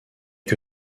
que